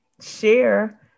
share